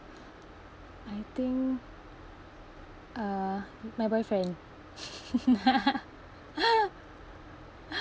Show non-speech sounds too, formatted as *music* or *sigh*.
I think uh my boyfriend *laughs*